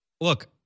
look